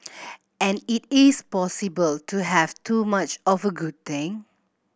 and it is possible to have too much of a good thing